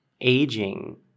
aging